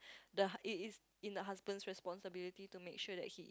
the hu~ it is in the husband's responsibility to make sure that he